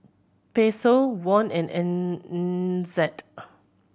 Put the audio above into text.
Peso Won and N NZD